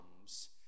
comes